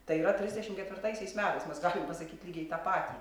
tai yra trisdešim ketvirtaisiais metais mes galim pasakyt lygiai tą patį